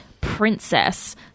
princess